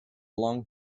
long